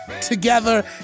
together